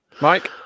Mike